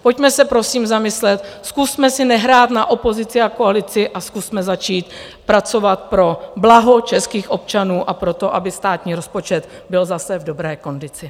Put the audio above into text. Pojďme se prosím zamyslet, zkusme si nehrát na opozici a koalici a zkusme začít pracovat pro blaho českých občanů a pro to, aby státní rozpočet byl zase v dobré kondici.